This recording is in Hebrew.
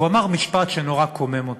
והוא אמר משפט שנורא קומם אותי,